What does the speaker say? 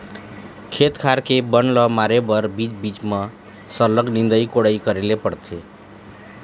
खेत खार के बन ल मारे बर बीच बीच म सरलग निंदई कोड़ई करे ल परथे